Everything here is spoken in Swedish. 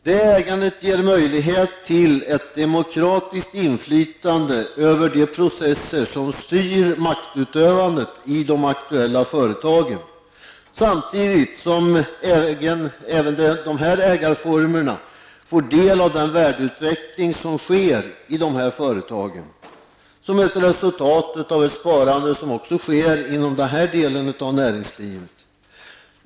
Det ägandet ger möjlighet till ett demokratiskt inflytande över de processer som styr maktutövande i de aktuella företagen, samtidigt som även de ägarformerna får del av den värdeutveckling som sker i de företagen, som ett resultat av ett sparande som sker också inom den delen av näringslivet.